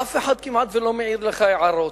אף אחד כמעט לא מעיר לך הערות,